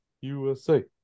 USA